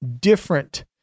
different